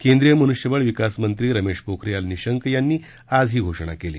केंद्रीय मनुष्यबळ विकास मंत्री रमेश पोखरियाल निशंक यांनी आज ही घोषणा केली